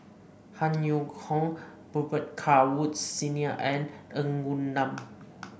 Han Yong Hong Robet Carr Woods Senior and Ng Woon Lam